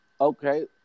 Okay